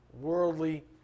worldly